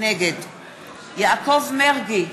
נגד יעקב מרגי,